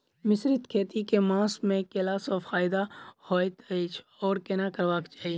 मिश्रित खेती केँ मास मे कैला सँ फायदा हएत अछि आओर केना करबाक चाहि?